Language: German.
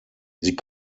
sie